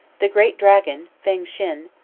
the great dragon, feng-shin,